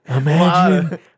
Imagine